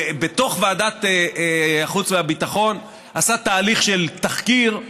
בתוך ועדת החוץ והביטחון הוא עשה תהליך של תחקיר,